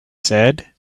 said